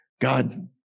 God